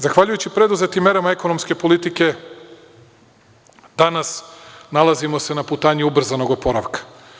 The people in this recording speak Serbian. Zahvaljujući preduzetim merama ekonomske politike danas nalazimo se na putanji ubrzanog oporavka.